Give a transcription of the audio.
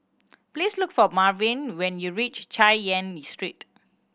please look for Marvin when you reach Chay Yan Street